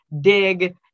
dig